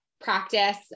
practice